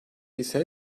ise